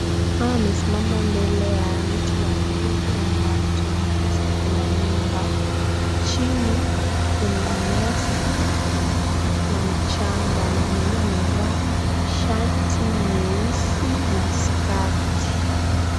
Mama amesimama mbele ya mti wa ndizi na nyuma wa mti ya ndizi kuna nyumba, chini kuna nyasi na mchanga. Mama mwenyewe amevaa shati nyeusi na skati.